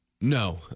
No